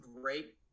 great